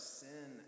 sin